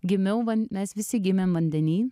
gimiau mes visi gimėm vandeny